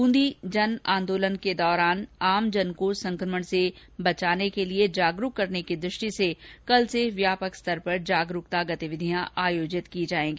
बूंदी जन आंदोलन के दौरान आमजन को संकमण से बचाव के लिए जागरूक करने की दृष्टि से कल से व्यापक स्तर पर जागरूकता गतिविधियां आयोजित होंगी